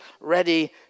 ready